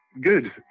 good